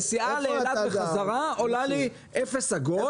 הנסיעה לאילת וחזרה עולה לי אפס עגול.